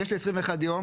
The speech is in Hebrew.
יש לי 21 יום,